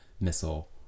missile